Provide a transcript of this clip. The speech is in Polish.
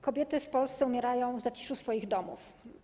Kobiety w Polsce umierają w zaciszu swoich domów.